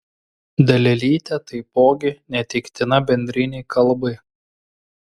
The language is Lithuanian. dalelytė taipogi neteiktina bendrinei kalbai